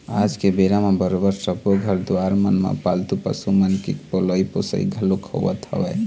आज के बेरा म बरोबर सब्बो घर दुवार मन म पालतू पशु मन के पलई पोसई घलोक होवत हवय